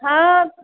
हँ